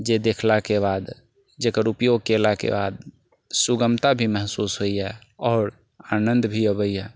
जे देखलाके बाद जेकर उपयोग कयलाके बाद सुगमता भी मेहसूस होइया आओर आनन्द भी अबैया